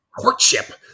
courtship